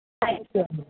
thank you అండి